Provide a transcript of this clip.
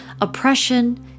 oppression